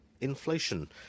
inflation